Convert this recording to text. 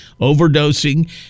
overdosing